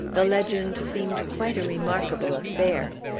the legend seemed quite a remarkable affair.